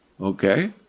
Okay